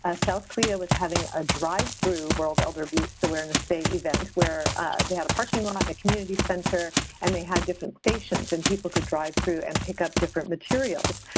ah south korea was having a drive-through world elder abuse awareness day event where they had a parking lot in a community center and had different stations. and people could drive through and pick up different materials.